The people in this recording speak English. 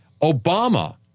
Obama